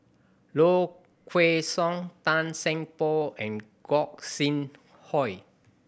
Low Kway Song Tan Seng Poh and Gog Sing Hooi